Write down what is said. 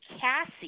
Cassie